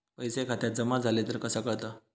पैसे खात्यात जमा झाले तर कसा कळता?